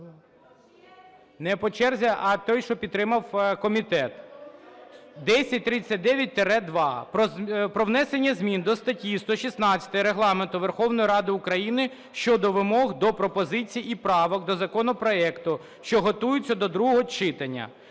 Не по черзі, а той, що підтримав комітет. 1039-2 про внесення змін до статті 116 Регламенту Верховної Ради України щодо вимог до пропозицій і поправок до законопроекту, що готується до другого читання.